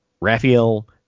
Raphael